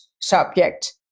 subject